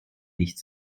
nicht